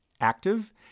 active